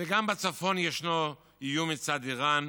וגם בצפון ישנו איום, מצד איראן,